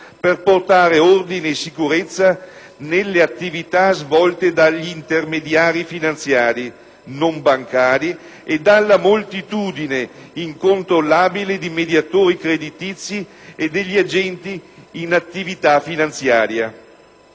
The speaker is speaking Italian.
per portare ordine e sicurezza nelle attività svolte dagli intermediari finanziari non bancari, e dalla moltitudine incontrollabile di mediatori creditizi e degli agenti in attività finanziaria.